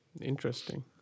Interesting